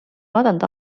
vaadanud